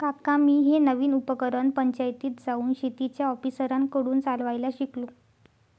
काका मी हे नवीन उपकरण पंचायतीत जाऊन शेतीच्या ऑफिसरांकडून चालवायला शिकलो